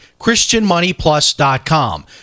christianmoneyplus.com